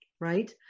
right